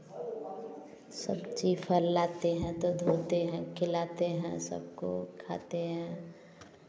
सब्जी फल लातें हैं तो धोते हैं खिलाते हैं सबको उठाते हैं